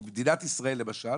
כי במדינת ישראל למשל